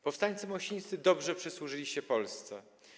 Powstańcy mosińscy dobrze przysłużyli się Polsce.